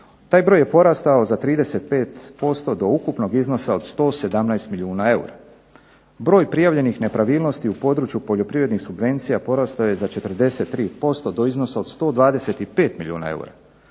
Taj broj je porastao za 35% do ukupnog iznosa od 117 milijuna eura. Broj prijavljenih nepravilnosti u području poljoprivrednih subvencija porastao je za 43% do iznosa od 125 milijuna eura.